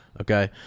Okay